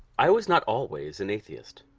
i was not always an atheist